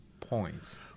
points